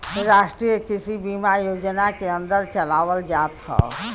राष्ट्रीय कृषि बीमा योजना के अन्दर चलावल जात हौ